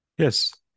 Yes